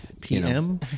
PM